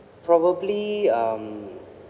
probably um